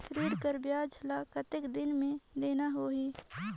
ऋण कर ब्याज ला कतेक दिन मे देना होही?